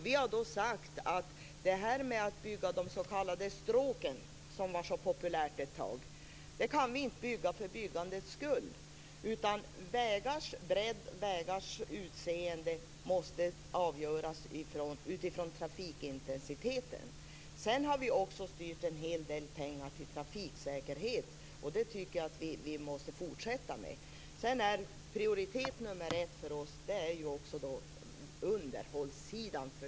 Vi har då sagt att de här s.k. stråken, som var så populära ett tag, kan vi inte bygga för byggandets egen skull. Vägars bredd och vägars utseende måste avgöras utifrån trafikintensiteten. Vi har också styrt en hel del pengar till trafiksäkerhet. Det tycker jag att vi måste fortsätta med. Sedan är prioritet nr 1 för oss också underhållssidan.